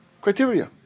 criteria